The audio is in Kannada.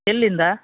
ಎಲ್ಲಿಂದ